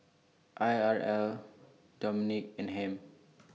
Irl Dominique and Ham